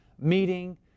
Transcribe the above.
meeting